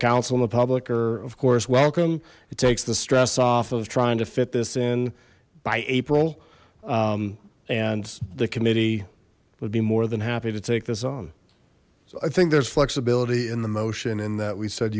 the public or of course welcome it takes the stress off of trying to fit this in by april and the committee would be more than happy to take this on so i think there's flexibility in the motion in that we said